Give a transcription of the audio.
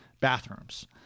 bathrooms